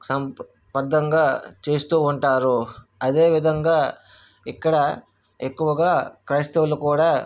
సాంప్ర బద్ధంగా చేస్తూ ఉంటారు అదే విధంగా ఇక్కడ ఎక్కువగా క్రైస్తవులు కూడా